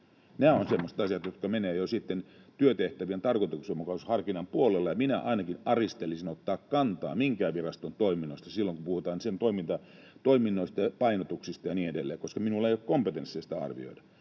Nämä ovat semmoisia asioita, jotka menevät jo sitten työtehtävien tarkoituksenmukaisuusharkinnan puolelle, ja minä ainakin aristelisin ottaa kantaa minkään viraston toimintoihin silloin, kun puhutaan sen toiminnoista ja painotuksista ja niin edelleen, koska minulla ei ole kompetenssia sitä arvioida.